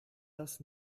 das